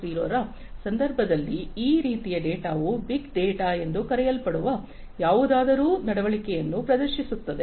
0 ರ ಸಂದರ್ಭದಲ್ಲಿ ಈ ರೀತಿಯ ಡೇಟಾವು ಬಿಗ್ ಡೇಟಾ ಎಂದು ಕರೆಯಲ್ಪಡುವ ಯಾವುದಾದರೂ ನಡವಳಿಕೆಯನ್ನು ಪ್ರದರ್ಶಿಸುತ್ತದೆ